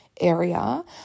area